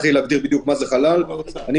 צריך